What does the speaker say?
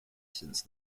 since